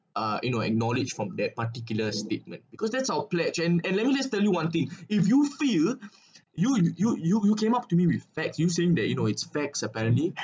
uh you know acknowledged from that particular statement because that's our pledge and and let me just tell you one thing if you feel you you you you you came up to me with facts you saying that you know it's facts apparently